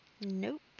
Nope